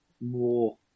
more